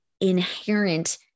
inherent